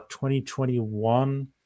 2021